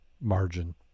margin